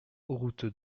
route